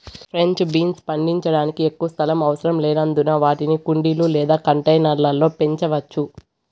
French beans పండించడానికి ఎక్కువ స్థలం అవసరం లేనందున వాటిని కుండీలు లేదా కంటైనర్ల లో పెంచవచ్చు